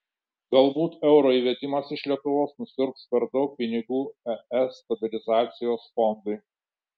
galbūt euro įvedimas iš lietuvos nusiurbs per daug pinigų es stabilizacijos fondui